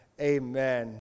Amen